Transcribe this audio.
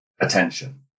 attention